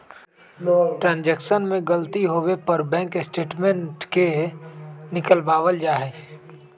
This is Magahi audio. ट्रांजेक्शन में गलती होवे पर बैंक स्टेटमेंट के निकलवावल जा हई